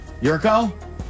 Yurko